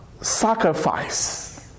sacrifice